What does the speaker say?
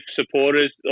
supporters